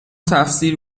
تفسیر